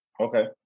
Okay